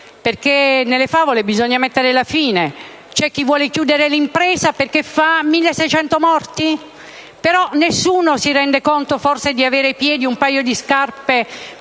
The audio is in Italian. però. Nelle favole bisogna mettere la fine. C'è chi vuole chiudere l'impresa perché fa 1.600 morti, però forse nessuno si rende conto di avere ai piedi un paio di scarpe